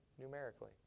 numerically